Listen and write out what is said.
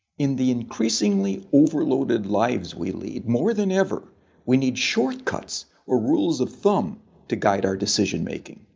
in the increasingly overloaded lives we lead, more than ever we need shortcuts or rules of thumb to guide our decision-making.